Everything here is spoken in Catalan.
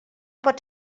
pot